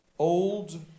Old